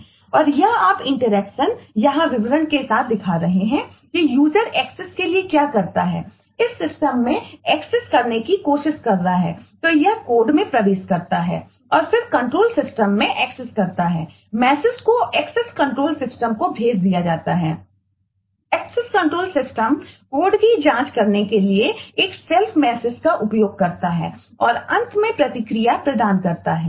और यह आप इंटरेक्शन का उपयोग करता है और अंत में प्रतिक्रिया प्रदान करता है